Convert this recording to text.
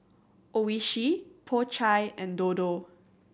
Oishi Po Chai and Dodo